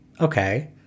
okay